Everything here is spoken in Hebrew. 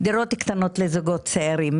דירות קטנות לזוגות צעירים,